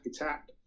Attack